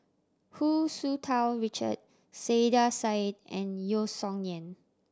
Hu Tsu Tau Richard Saiedah Said and Yeo Song Nian